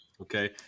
Okay